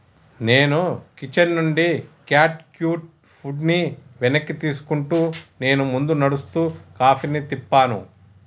నేను కిచెన్ నుండి cat cute ఫుడ్ని వెనక్కి తీసుకుంటూ నేను ముందు నడుస్తూ కాఫీని తిప్పాను